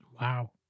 Wow